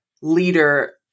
leader